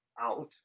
out